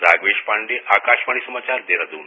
राधवेश पांडे आकाशवाणी समाचार देहरादून